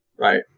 right